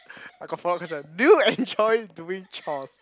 I got four question do you enjoy chores